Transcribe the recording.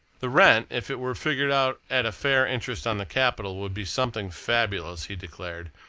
the rent, if it were figured out at a fair interest on the capital, would be something fabulous, he declared.